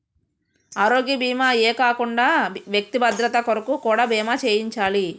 ఆరోగ్య భీమా ఏ కాకుండా వ్యక్తి భద్రత కొరకు కూడా బీమా చేయించాలి